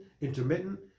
intermittent